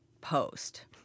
post